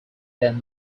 than